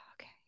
okay